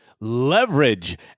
leverage